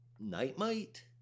Nightmite